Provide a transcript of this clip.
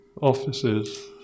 offices